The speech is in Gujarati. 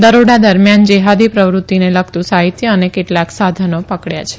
દરોડા દરમિયાન જેહાદી પ્રવૃત્તિને લગતું સાહિત્ય અને કેટલાંક સાધનો પકડ્યાં છે